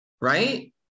right